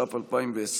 התש"ף 2020,